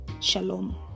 Shalom